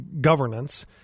governance